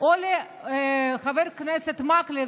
או לחבר הכנסת מקלב,